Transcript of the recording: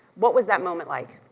what was that moment like?